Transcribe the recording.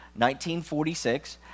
1946